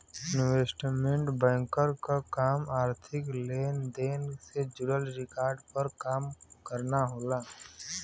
investment banker क काम आर्थिक लेन देन से जुड़ल रिकॉर्ड पर काम करना होला